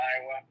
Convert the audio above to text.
Iowa